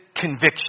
conviction